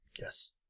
Yes